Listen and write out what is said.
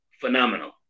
phenomenal